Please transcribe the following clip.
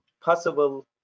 possible